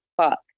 fuck